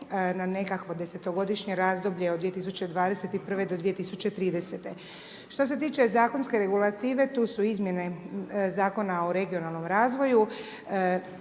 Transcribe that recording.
na nekakvo desetgodišnje razdoblje od 2021. do 2030. Što se tiče zakonske regulative, tu su izmjene Zakona o regionalnom razvoju,